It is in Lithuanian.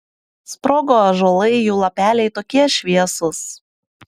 sprogo ąžuolai jų lapeliai tokie šviesūs